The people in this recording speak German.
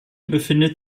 befindet